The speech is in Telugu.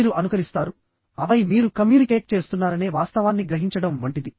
మీరు అనుకరిస్తారు ఆపై మీరు కమ్యూనికేట్ చేస్తున్నారనే వాస్తవాన్ని గ్రహించడం వంటిది